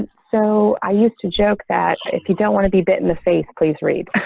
so i used to joke that if you don't want to be bitten the face, please read.